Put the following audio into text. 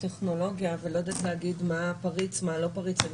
בטכנולוגיה ואני לא יודעת להגיד מה פריץ ומה לא פריץ.